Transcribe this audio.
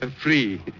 free